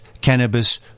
cannabis